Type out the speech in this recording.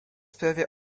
prawie